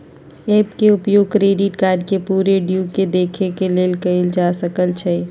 app के उपयोग credit card के पूरे ड्यू के देखे के लेल कएल जा सकइ छै